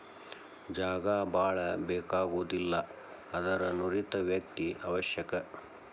ಜಾಗಾ ಬಾಳ ಬೇಕಾಗುದಿಲ್ಲಾ ಆದರ ನುರಿತ ವ್ಯಕ್ತಿ ಅವಶ್ಯಕ